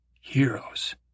Heroes